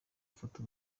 afata